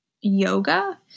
yoga